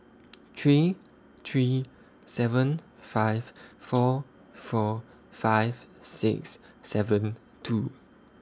three three seven five four four five six seven two